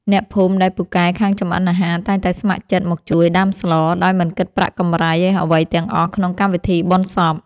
អ្នកភូមិដែលពូកែខាងចម្អិនអាហារតែងតែស្ម័គ្រចិត្តមកជួយដាំស្ល ដោយមិនគិតប្រាក់កម្រៃអ្វីទាំងអស់ក្នុងកម្មវិធីបុណ្យសព។